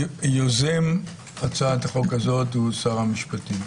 יוזם הצעת החוק הזאת הוא שר המשפטים,